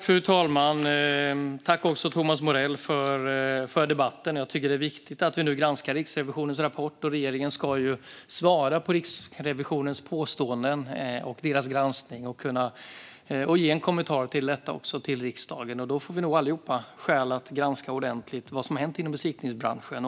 Fru talman! Tack, Thomas Morell, för debatten! Jag tycker att det är viktigt att vi nu granskar Riksrevisionens rapport. Regeringen ska ju svara på Riksrevisionens påståenden och deras granskning och ge en kommentar till detta också till riksdagen. Då får vi nog allihop skäl att ordentligt granska vad som hänt inom besiktningsbranschen.